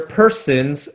persons